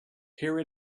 here